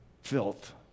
Filth